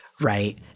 right